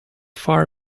far